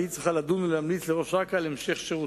והיא צריכה לדון ולהמליץ לראש אכ"א על המשך שירותו.